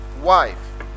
wife